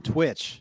Twitch